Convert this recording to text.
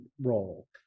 role